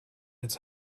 its